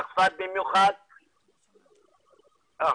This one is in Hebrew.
מה